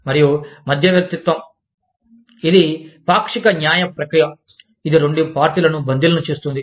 మరియు మధ్యవర్తిత్వం ఇది పాక్షిక న్యాయ ప్రక్రియ ఇది రెండు పార్టీలను బందీలను చేస్తుంది